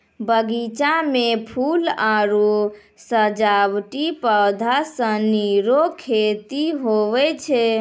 बगीचा मे फूल आरु सजावटी पौधा सनी रो खेती हुवै छै